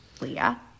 Leah